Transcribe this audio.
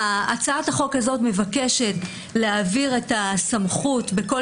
הצעת החוק הזאת מבקשת להעביר את הסמכות בכל